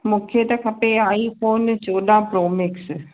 मूंखे त खपे आई फ़ोन चोॾहं प्रो मैक्स